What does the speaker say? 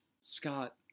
Scott